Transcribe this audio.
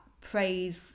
praise